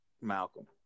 Malcolm